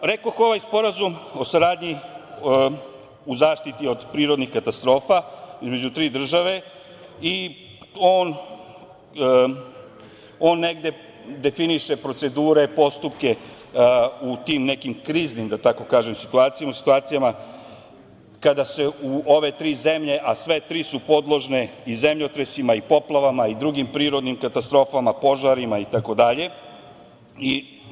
Rekoh, ovaj sporazum o saradnji u zaštiti od prirodnih katastrofa, između tri države, on negde definiše procedure, postupke u tim nekih, da tako kažem, kriznim situacijama, u situacijama kada se u ove tri zemlje, a sve tri su podložne i zemljotresima i poplava i drugim prirodnim katastrofama, požarima i tako dalje.